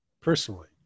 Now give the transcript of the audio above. personally